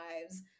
lives